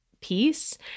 piece